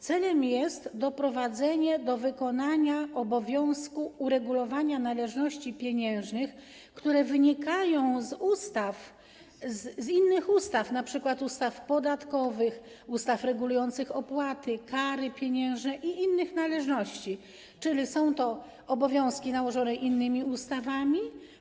Celem jest doprowadzenie do wykonania obowiązku uregulowania należności pieniężnych, które wynikają z innych ustaw, np. ustaw podatkowych, ustaw regulujących opłaty, kary pieniężne i inne należności, czyli są to obowiązki nałożone innymi ustawami.